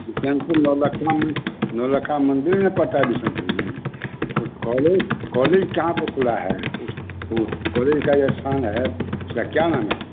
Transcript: बिशनपुर में नौलक्खना नौलक्खा मंदिर में पड़ता है बिशनपुर में कॉलेज कॉलेज कहाँ पर खुला है उस तो उस कॉलेज का यह स्थान है उसका क्या नाम है